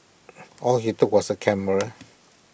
all he took was A camera